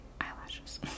eyelashes